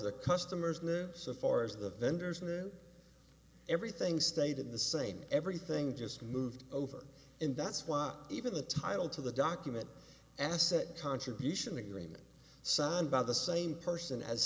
the customers lives so far as the vendors and their everything stayed in the same everything just moved over and that's why even the title to the document asset contribution agreement signed by the same person as